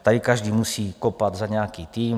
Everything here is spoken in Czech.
Tady každý musí kopat za nějaký tým.